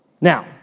Now